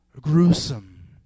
gruesome